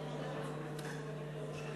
הצעת החוק